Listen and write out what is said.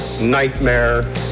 nightmare